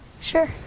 Sure